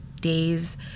days